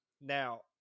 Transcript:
now